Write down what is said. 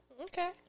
Okay